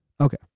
Okay